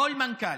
כל מנכ"ל.